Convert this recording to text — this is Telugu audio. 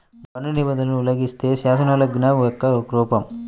పన్ను నిబంధనలను ఉల్లంఘిస్తే, శాసనోల్లంఘన యొక్క ఒక రూపం